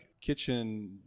kitchen